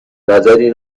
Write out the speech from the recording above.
نظری